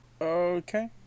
Okay